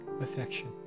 affection